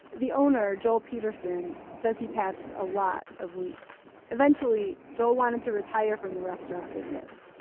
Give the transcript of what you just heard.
the owner, joel peterson, says he patched a lot of leaks. eventually joel wanted to retire from the restaurant business.